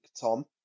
Tom